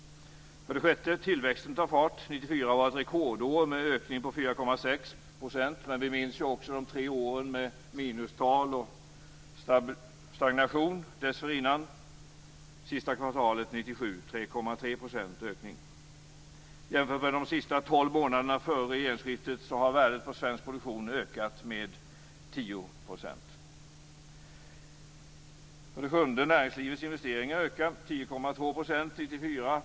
För det sjätte: "Tillväxten tar fart." 1994 var ett rekordår med en ökning på 4,6 %, men vi minns också de tre åren med minustal och stagnation dessförinnan. Sista kvartalet 1997 var ökningen 3,3 %. Jämfört med de sista tolv månaderna före regeringsskiftet har värdet på svensk produktion ökat med 10 %. För det sjunde: "Näringslivets investeringar ökar." 1997.